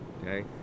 Okay